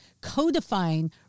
codifying